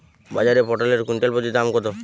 বাজারে পটল এর কুইন্টাল প্রতি দাম কত?